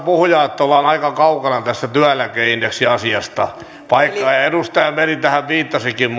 kyllä puhujaa että ollaan aika kaukana tästä työeläkeindeksiasiasta vaikka edustaja meri tähän viittasikin